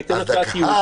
אני אתן הצעת ייעול